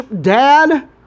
Dad